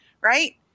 right